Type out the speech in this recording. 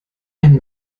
ein